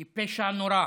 היא פשע נורא,